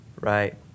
Right